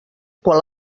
quan